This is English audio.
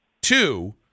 two